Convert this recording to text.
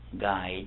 guide